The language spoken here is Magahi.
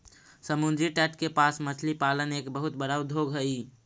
समुद्री तट के पास मछली पालन एक बहुत बड़ा उद्योग हइ